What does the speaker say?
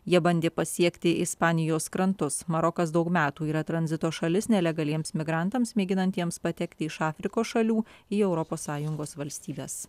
jie bandė pasiekti ispanijos krantus marokas daug metų yra tranzito šalis nelegaliems migrantams mėginantiems patekti iš afrikos šalių į europos sąjungos valstybes